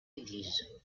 église